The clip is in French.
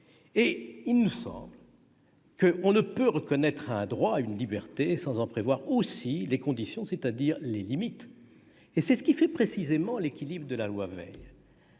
Et il nous semble que l'on ne peut reconnaître un droit ou une liberté sans en prévoir aussi les conditions, c'est-à-dire les limites. C'est précisément ce qui fait l'équilibre de la loi Veil